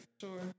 Sure